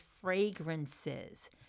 fragrances